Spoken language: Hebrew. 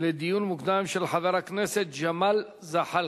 לדיון מוקדם, של חבר הכנסת ג'מאל זחאלקה.